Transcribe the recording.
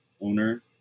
owner